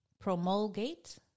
promulgate